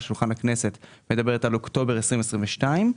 שולחן הכנסת מדברת על אוקטובר 2022,